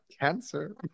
cancer